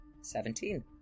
Seventeen